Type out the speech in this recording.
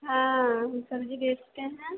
हाँ हम सब्जी बेचते हैं